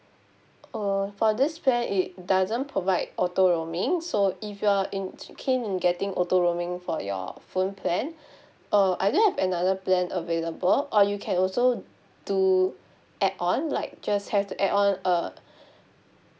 uh for this plan it doesn't provide auto roaming so if you are in keen in getting auto roaming for your phone plan uh I do have another plan available or you can also do add on like just have to add on a